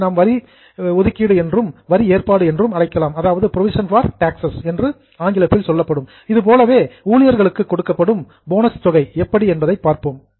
இதைப்போலவே எம்பிளோயீஸ் ஊழியர்களுக்கு கொடுக்கப்படும் போனஸ் தொகை எப்படி என்பதை பார்ப்போம்